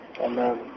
Amen